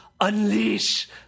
unleash